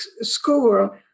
school